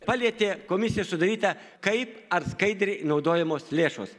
palietė komisija sudaryta kaip ar skaidriai naudojamos lėšos